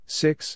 six